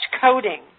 coding